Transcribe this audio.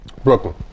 Brooklyn